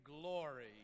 glory